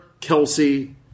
kelsey